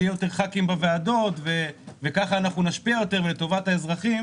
שיהיו יותר ח"כים בוועדות וככה אנחנו נשפיע יותר לטובת האזרחים,